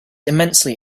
immensely